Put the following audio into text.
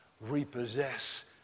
repossess